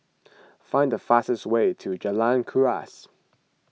find the fastest way to Jalan Kuras